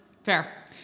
Fair